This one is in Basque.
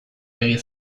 begi